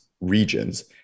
regions